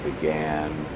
began